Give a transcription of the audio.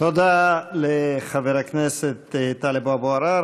תודה לחבר הכנסת טלב אבו עראר.